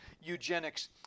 eugenics